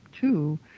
two